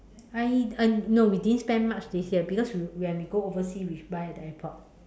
I I no we didn't spend much this year because when when we go overseas we buy at the airport